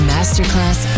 Masterclass